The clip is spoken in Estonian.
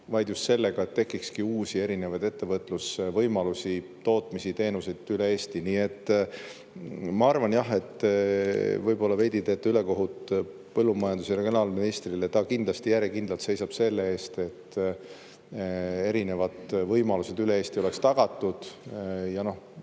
vaid just sellega, et tekiks uusi ettevõtlusvõimalusi, tootmisi ja teenuseid üle Eesti. Nii et ma arvan jah, et võib-olla teete veidi ülekohut põllumajandus- ja regionaalministrile. Ta kindlasti järjekindlalt seisab selle eest, et erinevad võimalused üle Eesti oleks tagatud. Ja võin